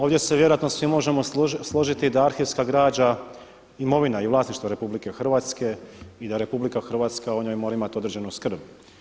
Ovdje se vjerojatno svi možemo složiti da arhivska građa, imovina i vlasništvo RH i da RH o njoj mora imati određenu skrb.